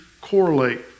correlate